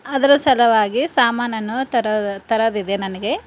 ಅದರ ಸಲುವಾಗಿ ಸಾಮಾನನ್ನು ತರ ತರೋದಿದೆ ನನಗೆ